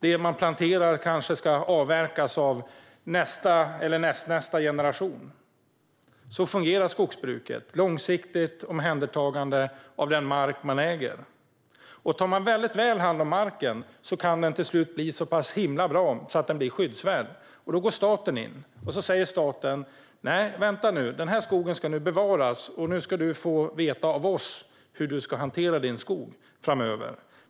Det man planterar ska kanske avverkas av nästa eller nästnästa generation. Så fungerar skogsbruket: långsiktigt omhändertagande av den mark man äger. Om man tar väl hand om marken kan den till slut bli så pass bra att den blir skyddsvärd. Då går staten in och säger: Nej, vänta nu! Den här skogen ska nu bevaras, och du ska få veta av oss hur du ska hantera din skog framöver.